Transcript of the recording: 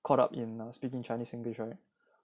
caught up in a speaking chinese singlish right